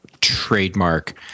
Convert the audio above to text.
trademark